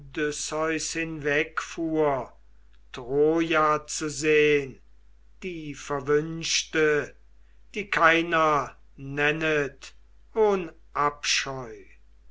troja zu sehn die verwünschte die keiner nennet ohn abscheu